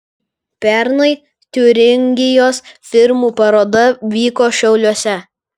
pernai tiuringijos firmų paroda vyko šiauliuose